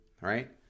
right